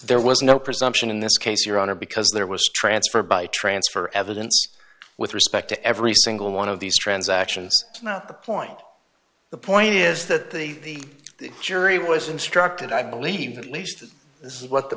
there was no presumption in this case your honor because there was transfer by transfer evidence with respect to every single one of these transactions it's not the point the point is that the jury was instructed i believe at least this is what the